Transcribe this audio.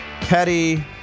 petty